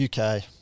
UK